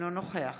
אינו נוכח